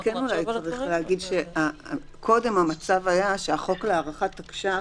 אבל אולי צריך להגיד שקודם המצב היה שחלק מהמגבלות